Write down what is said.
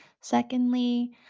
secondly